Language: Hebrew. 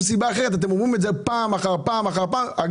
אתם אומרים את זה פעם אחר פעם - בהגינותכם,